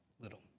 little